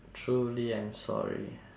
truly am sorry